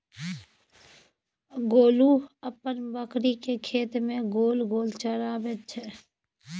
गोलू अपन बकरीकेँ खेत मे गोल गोल चराबैत छै